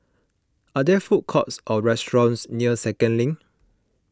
are there food courts or restaurants near Second Link